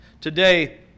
today